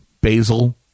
basil